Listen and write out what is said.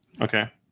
Okay